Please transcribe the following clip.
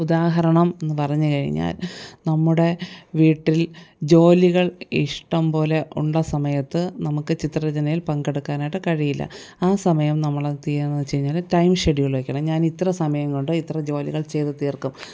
ഉദാഹരണം എന്ന് പറഞ്ഞു കഴിഞ്ഞാൽ നമ്മുടെ വീട്ടിൽ ജോലികൾ ഇഷ്ടം പോലെ ഉള്ള സമയത്ത് നമുക്ക് ചിത്രരചനയിൽ പങ്കെടുക്കാനായിട്ട് കഴിയില്ല ആ സമയം നമ്മൾ എന്ത് ചെയ്യണം എന്ന് വച്ചു കഴിഞ്ഞാൽ ടൈം ഷെഡ്യൂള് വയ്ക്കണം ഞാൻ ഇത്ര സമയം കൊണ്ട് ഇത്ര ജോലികൾ ചെയ്തു തീർക്കും